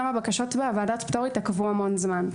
גם הבקשות וגם ועדת הפטור יתעכבו המון זמן.